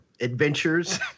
Adventures